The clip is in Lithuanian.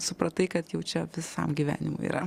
supratai kad jau čia visam gyvenimui yra